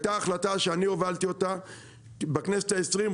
הייתה החלטה, שאני הובלתי אותה בכנסת ה-20.